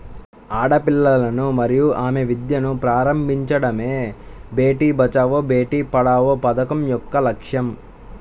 ఆడపిల్లలను మరియు ఆమె విద్యను ప్రారంభించడమే బేటీ బచావో బేటి పడావో పథకం యొక్క లక్ష్యం